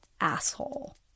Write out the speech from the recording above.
asshole